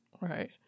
Right